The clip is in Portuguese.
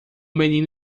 menino